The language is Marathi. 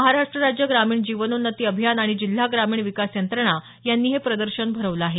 महाराष्ट्र राज्य ग्रामीण जीवनोन्नती अभियान आणि जिल्हा ग्रामीण विकास यांत्रणा यांनी हे प्रदर्शन भरवलं आहे